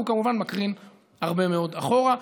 והוא כמובן מקרין הרבה מאוד אחורה,